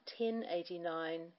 1089